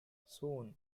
soon